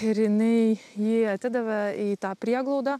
ir jinai jį atidavė į tą prieglaudą